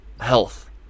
Health